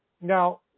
now